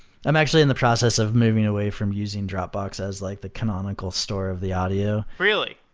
i'm actually in the process of moving away from using dropbox as like the canonical storer of the audio. really?